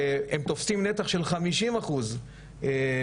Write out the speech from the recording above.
והם תופסים נתח של חמישים אחוז מאלה